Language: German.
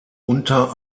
unter